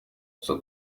gusa